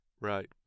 Right